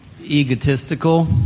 egotistical